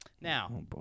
Now